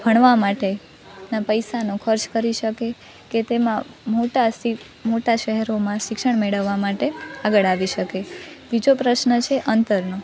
ભણવા માટેના પૈસાનો ખર્ચ કરી શકે કે તેમાં મોટા મોટા શહેરોમાં શિક્ષણ મેળવવા માટે આગળ આવી શકે બીજો પ્રશ્ન છે અંતરનો